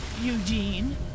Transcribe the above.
Eugene